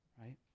right